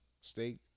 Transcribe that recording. steak